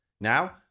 Now